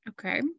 Okay